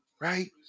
Right